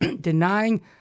denying